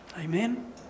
Amen